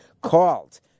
called